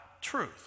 truth